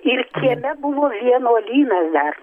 ir kieme buvo vienuolynas dar